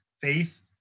faith